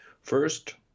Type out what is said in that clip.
First